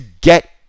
get